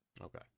Okay